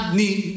need